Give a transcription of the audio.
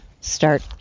start